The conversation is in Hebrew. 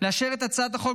לאשר את הצעת החוק